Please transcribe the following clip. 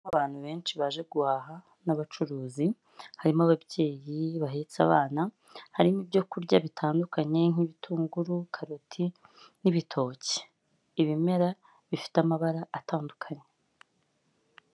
Abantu benshi baje guhaha, n'abacuruzi, harimo ababyeyi bahetse abana, harimo ibyo kurya bitandukanye; nk'ibitunguru, karoti, n'ibitoki. Ibimera bifite amabara atandukanye.